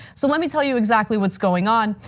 so let me tell you exactly what's going on.